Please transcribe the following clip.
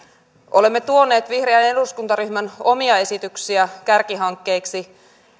olemme tuoneet vihreän eduskuntaryhmän omia esityksiä kärkihankkeiksi